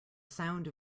sound